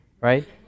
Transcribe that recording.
right